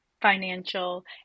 financial